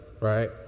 right